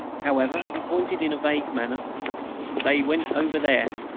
however, he pointed in a vague manner they went over there.